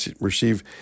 receive